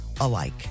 alike